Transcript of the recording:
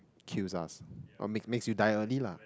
kills us make make you die early lah